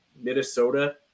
Minnesota